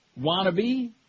Wannabe